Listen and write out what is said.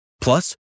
Plus